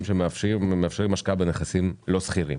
שמאפשרים השקעה בנכסים לא סחירים,